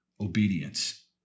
Obedience